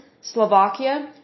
Slovakia